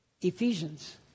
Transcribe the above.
Ephesians